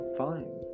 fine